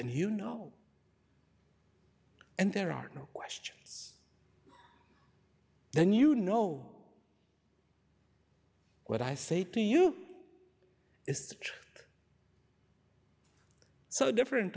and you know and there are no questions then you know what i say to you it's so different